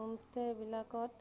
home ষ্টেবিলাকত